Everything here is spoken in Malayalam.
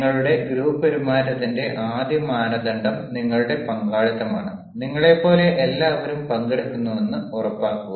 നിങ്ങളുടെ ഗ്രൂപ്പ് പെരുമാറ്റത്തിന്റെ ആദ്യ മാനദണ്ഡം നിങ്ങളുടെ പങ്കാളിത്തമാണ് നിങ്ങളെപ്പോലെ എല്ലാവരും പങ്കെടുക്കുന്നുവെന്ന് ഉറപ്പാക്കുക